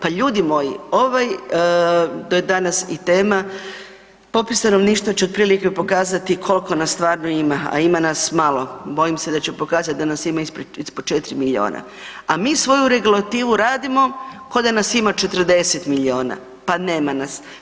Pa ljudi moji, ovaj, to je danas i tema, popis stanovništva će otprilike pokazati kolko nas stvarno ima, a ima nas malo, bojim se da će pokazat da nas ima ispod 4 milijuna, a mi svoju regulativu radimo koda nas ima 40 milijuna, pa nema nas.